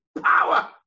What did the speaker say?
power